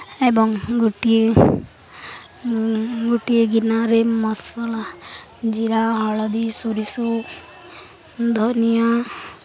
ଏବଂ ଗୋଟିଏ ଗୋଟିଏ ଗିିନାରେ ମସଲା ଜିରା ହଳଦୀ ସୋରିଷ ଧନିଆ